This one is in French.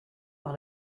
par